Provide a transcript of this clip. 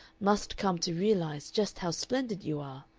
must come to realize just how splendid you are!